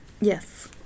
Yes